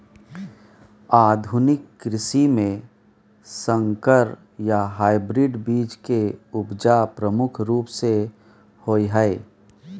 आधुनिक कृषि में संकर या हाइब्रिड बीज के उपजा प्रमुख रूप से होय हय